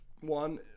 one